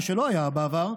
מה שלא היה בעבר,